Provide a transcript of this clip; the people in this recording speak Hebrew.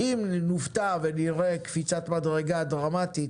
אם נופתע ונראה קפיצת מדרגה דרמטית